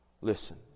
Listen